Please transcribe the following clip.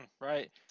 Right